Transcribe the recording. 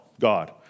God